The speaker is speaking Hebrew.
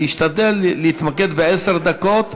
להשתדל להתמקד בעשר דקות,